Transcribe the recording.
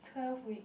twelve week